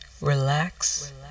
relax